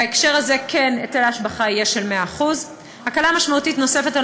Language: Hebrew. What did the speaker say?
בהקשר הזה היטל ההשבחה כן יהיה של 100%. הקלה משמעותית נוספת על